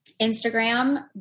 Instagram